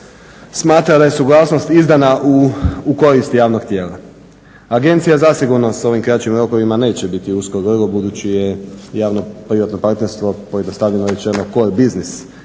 smatra da je suglasnost izdana u korist javnog tijela. Agencija zasigurno s ovim kraćim rokovima neće biti usko grlo budući je javno-privatno partnerstvo pojednostavljeno rečeno core biznis